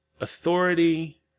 Authority